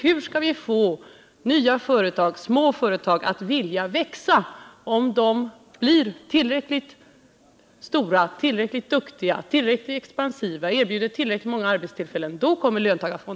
Hur skall vi få nya företag och små företag att vilja växa, om löntagarfonderna kommer att ta över dem när de blir tillräckligt stora och expansiva och när de erbjuder tillräckligt många arbetstillfällen?